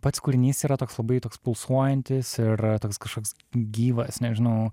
pats kūrinys yra toks labai toks pulsuojantis ir toks kažkoks gyvas nežinau